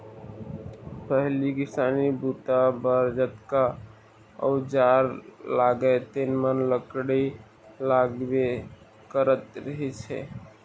पहिली किसानी बूता बर जतका अउजार लागय तेन म लकड़ी लागबे करत रहिस हे